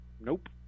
nope